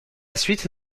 suite